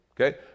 Okay